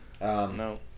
No